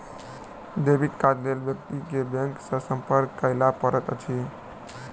debit कार्डक लेल व्यक्ति के बैंक सॅ संपर्क करय पड़ैत अछि